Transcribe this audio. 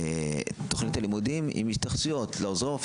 תכנית לימודים עם התייחסויות לעוזרי רופא